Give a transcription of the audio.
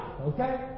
Okay